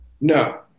No